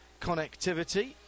connectivity